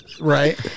Right